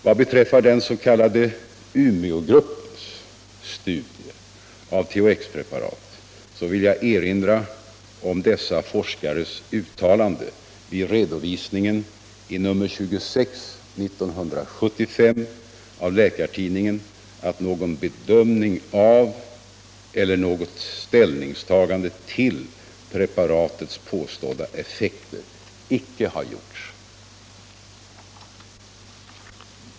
Vad beträffar den s.k. Umeågruppens studier av THX-preparatet vill jag erinra om dessa forskares uttalande i redovisningen i nr 26 år 1975 av Läkartidningen att någon bedömning av eller något ställningstagande till preparatets påstådda effekter inte har gjorts.